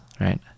right